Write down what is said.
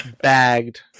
bagged